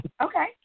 Okay